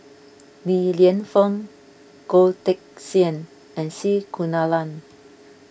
Li Lienfung Goh Teck Sian and C Kunalan